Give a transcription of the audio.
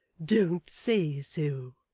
don't say so.